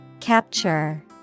Capture